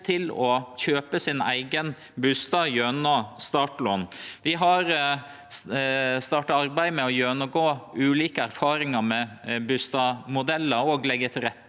til å kjøpe sin eigen bustad gjennom startlån. Vi har starta arbeidet med å gjennomgå ulike erfaringar med bustadmodellar og å leggje lovverket